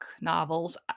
novels